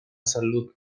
salud